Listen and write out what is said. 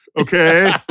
okay